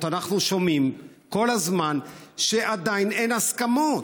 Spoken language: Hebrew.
אנחנו שומעים כל הזמן שעדיין אין הסכמות.